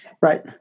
right